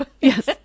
Yes